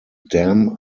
dam